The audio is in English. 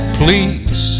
please